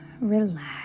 relax